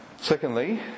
secondly